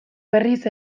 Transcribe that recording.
berriz